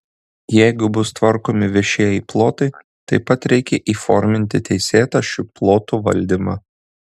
jeigu bus tvarkomi viešieji plotai taip pat reikia įforminti teisėtą šių plotų valdymą